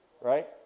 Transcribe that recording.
Right